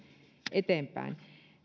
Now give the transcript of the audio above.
eteenpäin